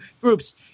groups